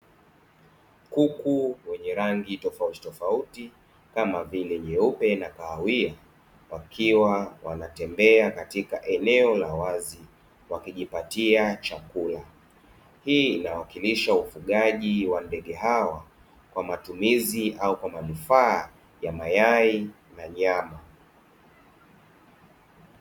Kuku wenye rangi tofautitofauti kama vile nyeupe na kahawia wakiwa wanatembea katika eneo la wazi wakijipatia chakula, hii inawakilisha ufugaji wa ndege hawa kwa matumizi au kwa manufaa ya mayai na Nyama.